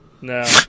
No